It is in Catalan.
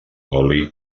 oli